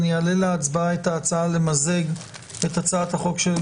אני אעלה להצבעה את ההצעה למזג את הצעת החוק של